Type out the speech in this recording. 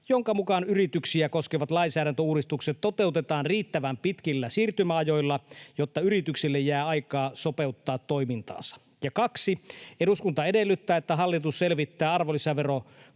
jonka mukaan yrityksiä koskevat lainsäädäntöuudistukset toteutetaan riittävän pitkillä siirtymäajoilla, jotta yrityksille jää aikaa sopeuttaa toimintaansa. 2) Eduskunta edellyttää, että hallitus selvittää arvonlisäverokannan